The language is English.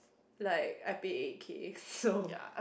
like I paid eight K so